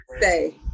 say